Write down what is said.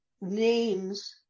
names